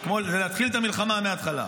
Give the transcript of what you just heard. זה להתחיל את המלחמה מהתחלה,